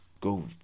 go